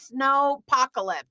snowpocalypse